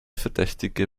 verdächtige